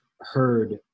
heard